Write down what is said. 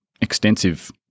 extensive